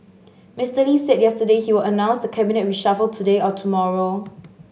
Mister Lee said yesterday he will announce the cabinet reshuffle today or tomorrow